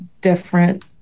different